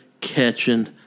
catching